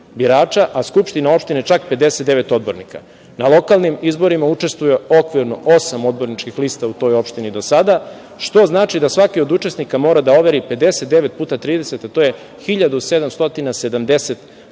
a skupština opštine čak 59 odbornika. Na lokalnim izborima učestvuje okvirno osam odborničkih lista u toj opštini do sada, što znači da svaki od učesnika mora da overi 59 puta 30, a to je 1.770 potpisa.